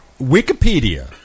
Wikipedia